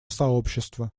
сообщества